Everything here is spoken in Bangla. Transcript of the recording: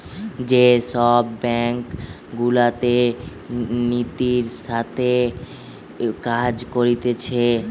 যে সব ব্যাঙ্ক গুলাতে নীতির সাথে কাজ করতিছে